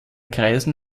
kreisen